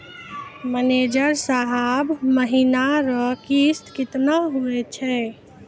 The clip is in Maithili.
मैनेजर साहब महीना रो किस्त कितना हुवै छै